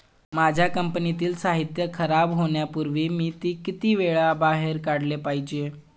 माझ्या कंपनीतील साहित्य खराब होण्यापूर्वी मी ते किती वेळा बाहेर काढले पाहिजे?